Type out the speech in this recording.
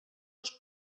els